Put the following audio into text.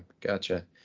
Gotcha